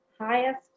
highest